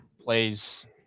plays